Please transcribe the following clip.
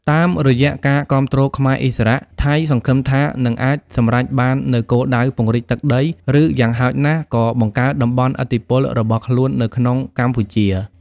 តាមរយៈការគាំទ្រខ្មែរឥស្សរៈ ថៃសង្ឃឹមថានឹងអាចសម្រេចបាននូវគោលដៅពង្រីកទឹកដី ឬយ៉ាងហោចណាស់ក៏បង្កើតតំបន់ឥទ្ធិពលរបស់ខ្លួននៅក្នុងកម្ពុជា។